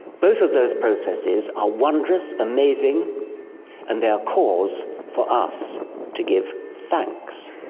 both of those processes are wondrous, amazing and they are cause for us to give thanks.